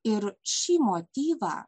ir šį motyvą